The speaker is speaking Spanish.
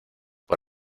por